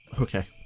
Okay